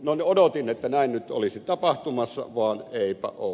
no odotin että näin nyt olisi tapahtumassa vaan eipä ole